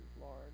Lord